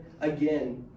again